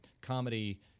comedy